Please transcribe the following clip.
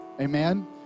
Amen